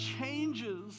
changes